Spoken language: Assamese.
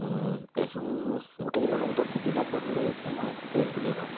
গোটেইকেইজনৰ ভিতৰত গোপীনাথ বৰদলৈয়ে মই বেষ্ট বুলি ভাবোঁ